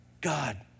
God